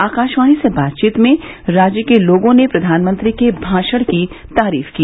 आकाशवाणी से बातचीत में राज्य के लोगों ने प्रधानमंत्री के भाषण की तारीफ की